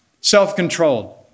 self-controlled